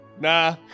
Nah